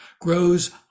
grows